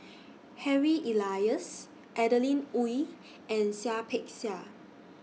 Harry Elias Adeline Ooi and Seah Peck Seah